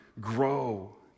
grow